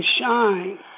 shine